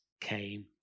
came